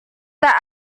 tak